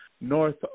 north